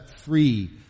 free